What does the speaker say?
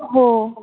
हो